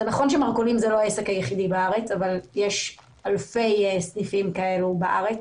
זה נכון שמרכולים זה לא העסק היחידי בארץ אבל יש אלפי סניפים כאלה בארץ